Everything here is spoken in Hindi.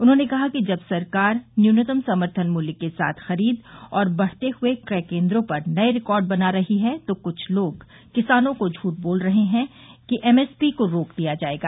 उन्होंने कहा कि जब सरकार न्यूनतम समर्थन मूल्य के साथ खरीद और बढ़ते हुए क्रय केंद्रों पर नए रिकॉर्ड बना रही है तो कुछ लोग किसानों को झूठ बोल रहे हैं कि एमएसपी को रोक दिया जाएगा